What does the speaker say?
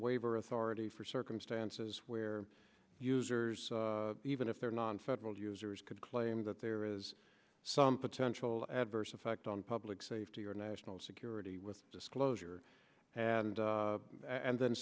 waiver authority for circumstances where users even if their nonfederal users could claim that there is some potential adverse effect on public safety or national security with disclosure had and then